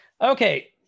Okay